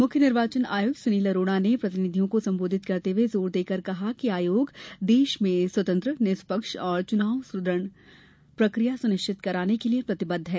मुख्य निर्वाचन आयुक्त सुनील अरोड़ा ने प्रतिनिधियों को संबोधित करते हुए जोर देकर कहा कि आयोग देश में स्वतंत्र निष्पक्ष और सुद्रढ़ चुनाव प्रक्रिया सुनिश्चित कराने के लिए प्रतिबद्ध है